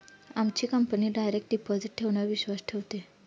आमची company direct deposit ठेवण्यावर विश्वास ठेवते